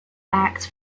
facts